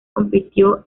compitió